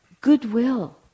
goodwill